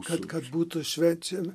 kad kad būtų švenčia